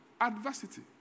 Adversity